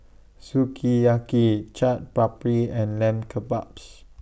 Sukiyaki Chaat Papri and Lamb Kebabs